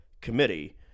committee